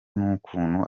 n’ukuntu